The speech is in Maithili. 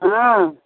हँ